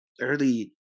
early